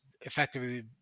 effectively